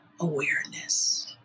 awareness